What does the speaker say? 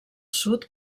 sud